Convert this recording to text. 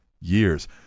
years